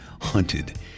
hunted